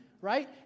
right